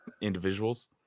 individuals